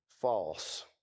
false